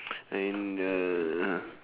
and uh